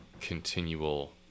continual